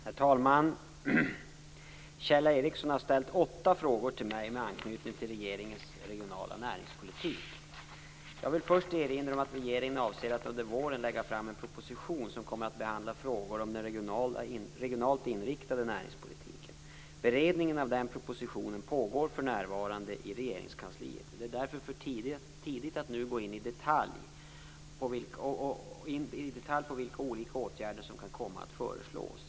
Herr talman! Kjell Ericsson har ställt åtta frågor till mig med anknytning till regeringens regionala näringspolitik. Jag vill först erinra om att regeringen avser att under våren lägga fram en proposition som kommer att behandla frågor om den regionalt inriktade näringspolitiken. Beredningen av den propositionen pågår för närvarande i Regeringskansliet. Det är därför för tidigt att nu gå in i detalj på vilka olika åtgärder som kan komma att föreslås.